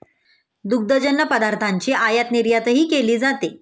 दुग्धजन्य पदार्थांची आयातनिर्यातही केली जाते